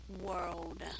world